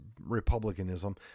republicanism